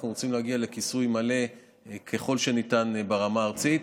אנחנו רוצים להגיע לכיסוי מלא ככל שניתן ברמה הארצית.